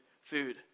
food